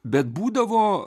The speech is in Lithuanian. bet būdavo